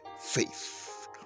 faith